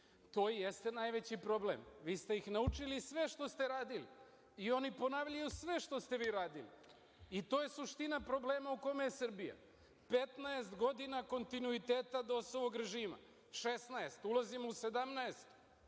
to jeste najveći problem, vi ste ih naučili sve što ste radili i oni ponavljaju sve što ste vi radili. To je suština problema u kome je Srbija – petnaest godina kontinuiteta DOS-vog režima, šesnaest, a